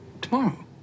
tomorrow